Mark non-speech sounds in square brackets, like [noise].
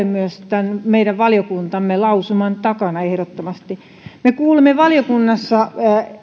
[unintelligible] myös tämän meidän valiokuntamme lausuman takana ehdottomasti me kuulimme valiokunnassa